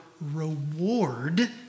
reward